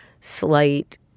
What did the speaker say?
slight